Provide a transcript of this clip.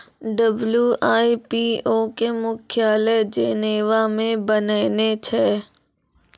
WIPO के मुख्यालय Geneva मे बनैने छै